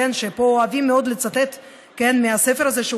ופה אוהבים מאוד לצטט מהספר הזה,